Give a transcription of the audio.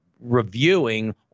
reviewing